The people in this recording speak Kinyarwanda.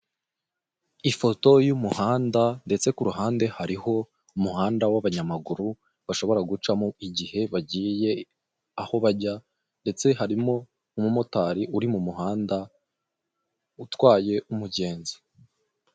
Ifoto y'umuhanda ndetse kuruhande hariho umuhanda w'abanyamaguru bashobora gucamo igihe bagiye aho bajya ndetse mu muhanda harimo umumotari utwaye umugenzi.